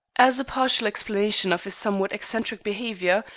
as a partial explanation of his somewhat eccentric behavior,